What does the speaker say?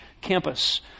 campus